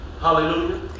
Hallelujah